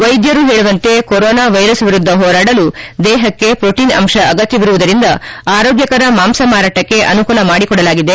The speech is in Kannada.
ವೈದ್ಯರು ಹೇಳುವಂತೆ ಕೊರೊನಾ ವೈರಸ್ ವಿರುದ್ಧ ಹೋರಾಡಲು ದೇಹಕ್ಕೆ ಪೋಟನ್ ಅಂಶ ಅಗತ್ತವಿರುವುದರಿಂದ ಆರೋಗ್ಯಕರ ಮಾಂಸ ಮಾರಾಟಕ್ಕೆ ಅನುಕೂಲ ಮಾಡಿಕೊಡಲಾಗಿದೆ